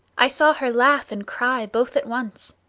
i saw her laugh and cry both at once.